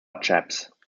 chaps